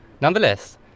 Nonetheless